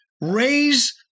raise